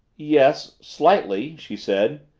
yes slightly, she said.